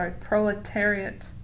proletariat